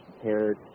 prepared